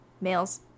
males